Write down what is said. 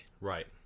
Right